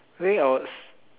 think I will